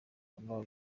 biba